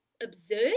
observe